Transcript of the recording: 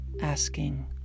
asking